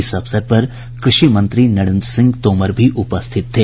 इस अवसर पर कृषि मंत्री नरेन्द्र सिंह तोमर भी उपस्थित थे